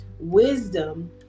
Wisdom